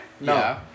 No